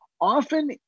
often